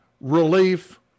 relief